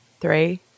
three